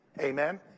Amen